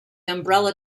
umbrella